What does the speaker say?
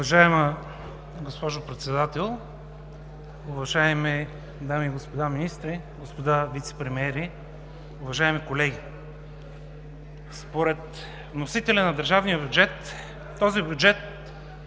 Уважаема госпожо Председател, уважаеми дами и господа министри, господа вицепремиери, уважаеми колеги! Според вносителя на държавния бюджет този бюджет